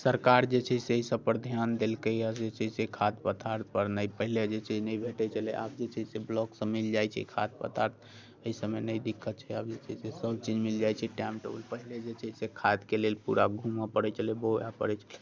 सरकार जे छै से ई सभ पर ध्यान देलकै हँ जे छै से खाद्य पदार्थ पर नहि पहिले जे छै से नहि भेटैत छलै आब जे छै से ब्लॉक से मिल जाइत छै खाद्य पदार्थ एहि सभमे नहि दिक्कत छै अभी जे छै से सभ चीज मिल जाइत छै टाइम टेबुल पहिले जे छै से खाद्यके लेल पूरा घूमऽ पड़ैत छलै बौआए पड़ैत छलै